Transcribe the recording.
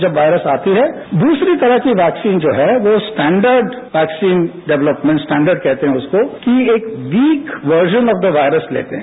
जब वॉयरस आती है दूसरी तरह की वैक्सीन जो है वो स्टैन्डर्ड वैक्सीन डेव्लमेन्ट स्टेन्डर्ड कहते हैं उसको कि एक weak version of the virus लेते हैं